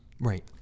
right